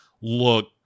look